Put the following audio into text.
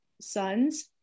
sons